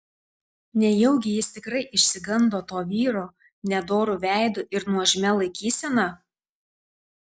nejaugi jis tikrai išsigando to vyro nedoru veidu ir nuožmia laikysena